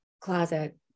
closet